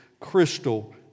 crystal